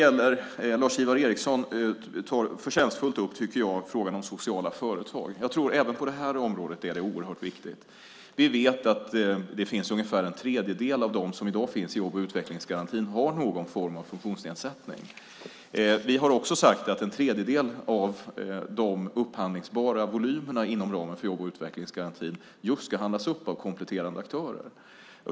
Lars-Ivar Ericson tar förtjänstfullt upp frågan om sociala företag. Även på det här området är det oerhört viktigt med åtgärder. Vi vet att ungefär en tredjedel av dem som i dag finns i jobb och utvecklingsgarantin har någon form av funktionsnedsättning. Vi har också sagt att en tredjedel av de upphandlingsbara volymerna inom ramen för jobb och utvecklingsgarantin just kan handlas upp av kompletterande aktörer.